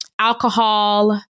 alcohol